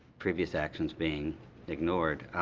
previous actions being ignored.